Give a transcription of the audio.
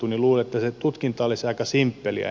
luulen että se tutkinta olisi aika simppeliä